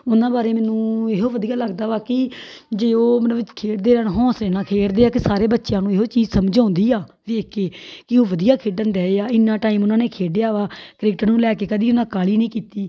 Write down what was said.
ਉਹਨਾਂ ਬਾਰੇ ਮੈਨੂੰ ਇਹੋ ਵਧੀਆ ਲੱਗਦਾ ਵਾ ਕਿ ਜੇ ਉਹ ਮਤਲਬ ਵੀ ਖੇਡਦੇ ਹਨ ਹੌਂਸਲੇ ਨਾਲ ਖੇਡਦੇ ਆ ਅਤੇ ਸਾਰੇ ਬੱਚਿਆਂ ਨੂੰ ਇਹੋ ਚੀਜ਼ ਸਮਝ ਆਉਂਦੀ ਆ ਵੇਖ ਕੇ ਕਿ ਉਹ ਵਧੀਆ ਖੇਡਣ ਡਏ ਆ ਇੰਨਾਂ ਟਾਈਮ ਉਹਨਾਂ ਨੇ ਖੇਡਿਆ ਵਾ ਕ੍ਰਿਕਟ ਨੂੰ ਲੈਕੇ ਕਦੇ ਉਹਨਾਂ ਕਾਹਲੀ ਨਹੀਂ ਕੀਤੀ